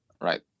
right